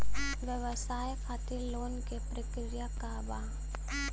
व्यवसाय खातीर लोन के प्रक्रिया का बा?